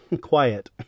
quiet